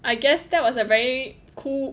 I guess that was a very cool